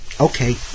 Okay